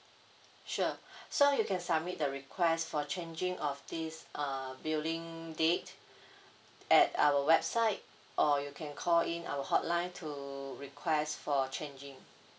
sure so you can submit the request for changing of this uh billing date at our website or you can call in our hotline to request for changing